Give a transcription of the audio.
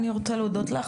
אני מודה לך.